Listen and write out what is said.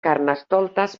carnestoltes